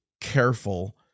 careful